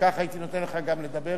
וכך הייתי נותן לך גם לדבר,